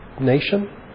nation